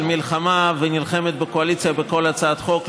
מלחמה ונלחמת בקואליציה בכל הצעת חוק,